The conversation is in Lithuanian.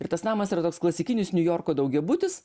ir tas namas yra toks klasikinis niujorko daugiabutis